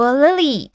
Lily